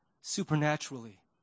supernaturally